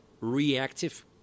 reactive